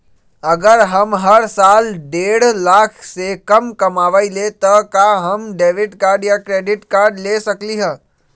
अगर हम हर साल डेढ़ लाख से कम कमावईले त का हम डेबिट कार्ड या क्रेडिट कार्ड ले सकली ह?